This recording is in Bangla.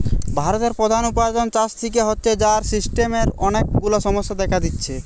ভারতের প্রধান উপার্জন চাষ থিকে হচ্ছে, যার সিস্টেমের অনেক গুলা সমস্যা দেখা দিচ্ছে